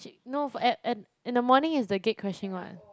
no at at in the morning is the gate crashing what